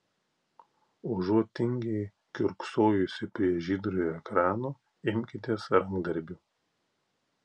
užuot tingiai kiurksojusi prie žydrojo ekrano imkitės rankdarbių